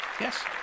Yes